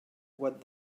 what